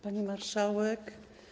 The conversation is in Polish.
Pani Marszałek!